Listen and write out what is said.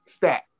stats